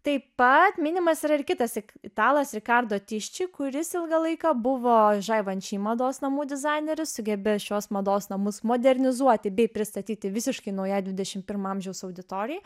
taip pat minimas yra ir kitas italas ricardo tisci kuris ilgą laiką buvo givenchy mados namų dizaineris sugebėjęs šiuos mados namus modernizuoti bei pristatyti visiškai naujai dvidešimt pirmo amžiaus auditorijai